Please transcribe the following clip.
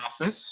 office